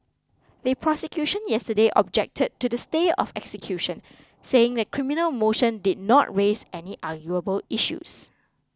the prosecution yesterday objected to the stay of execution saying the criminal motion did not raise any arguable issues